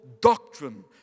doctrine